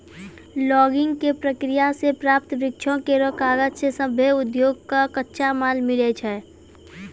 logging क प्रक्रिया सें प्राप्त वृक्षो केरो कागज सें सभ्भे उद्योग कॅ कच्चा माल मिलै छै